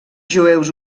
jueus